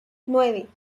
nueve